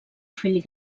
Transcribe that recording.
fill